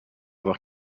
avoir